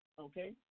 okay